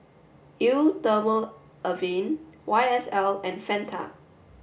Eau Thermale Avene Y S L and Fanta